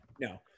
no